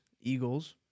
Eagles